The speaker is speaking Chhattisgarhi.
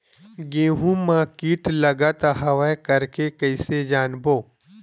गेहूं म कीट लगत हवय करके कइसे जानबो?